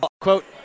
Quote